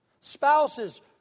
Spouses